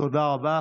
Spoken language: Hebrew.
תודה רבה.